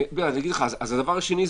הדבר השני,